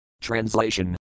Translation